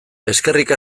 eskerrik